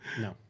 No